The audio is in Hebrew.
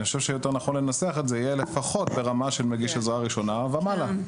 אני חושב שנכון לנסח את זה שיהיה לפחות ברמה של מגיש עזרה ראשונה ומעלה.